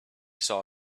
saw